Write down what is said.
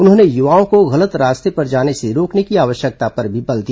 उन्होंने युवाओं को गलत रास्ते पर जाने से रोकने की आवश्यकता पर भी बल दिया